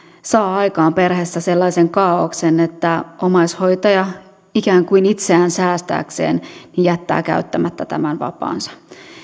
saa aikaan perheessä sellaisen kaaoksen että omaishoitaja ikään kuin itseään säästääkseen jättää käyttämättä tämän vapaansa